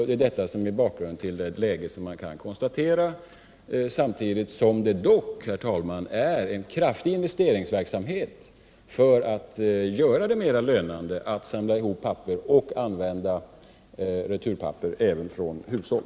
Det är detta som är bakgrunden till det läge som man kan konstatera, samtidigt som det dock, herr talman, pågår en kraftig investeringsverksamhet för att göra det mer lönande att samla ihop papper och använda returpapper även från hushåll.